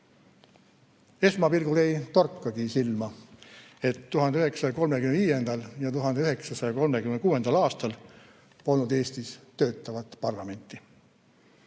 Esmapilgul ei torkagi silma, et 1935. ja 1936. aastal polnud Eestis töötavat parlamenti.